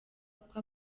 kuko